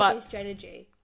strategy